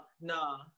nah